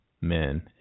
men